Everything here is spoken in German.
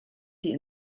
die